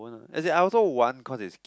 as in I also want cause is